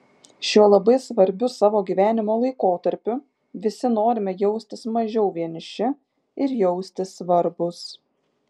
šiuo labai svarbiu savo gyvenimo laikotarpiu visi norime jaustis mažiau vieniši ir jaustis svarbūs